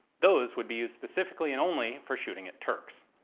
those would be used specifically and only for shooting at turks.